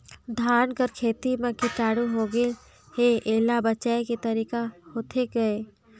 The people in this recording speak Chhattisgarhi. धान कर खेती म कीटाणु होगे हे एला बचाय के तरीका होथे गए?